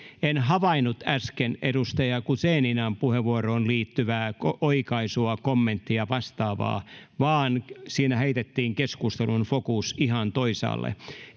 en havainnut äsken edustaja guzeninan puheenvuoroon liittyvää oikaisua kommenttia vastaavaa vaan siinä heitettiin keskustelun fokus ihan toisaalle